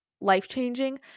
life-changing